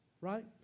Right